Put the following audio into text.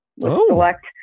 select